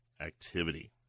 activity